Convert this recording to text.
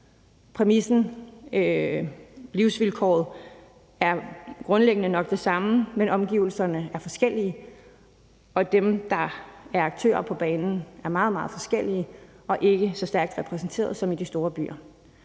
Præmissen, livsvilkåret, er grundlæggende nok det samme, men omgivelserne er forskellige, og dem, der er aktører på banen, er meget, meget forskellige og ikke så stærkt repræsenteret som i de store byer.